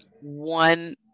one